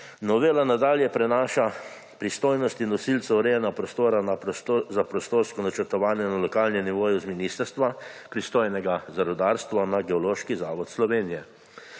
Novela nadalje prenaša pristojnosti nosilcev urejanja prostora za prostorsko načrtovanje na lokalnem nivoju z ministrstva pristojnega za rudarstvo na Geološki zavod Slovenije.